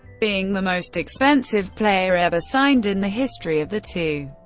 being the most expensive player ever signed in the history of the two.